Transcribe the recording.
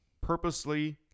purposely